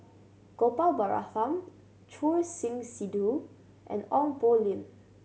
Gopal Baratham Choor Singh Sidhu and Ong Poh Lim